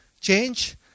Change